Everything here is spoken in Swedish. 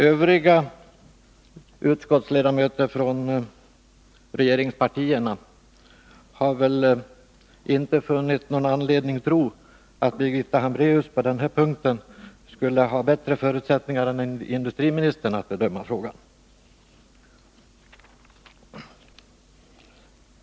Övriga utskottsledamöter från regeringspartierna har inte funnit någon anledning tro att Birgitta Hambraeus på denna punkt skulle ha bättre förutsättningar än industriministern att bedöma frågan.